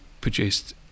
produced